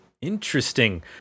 Interesting